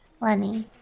Lenny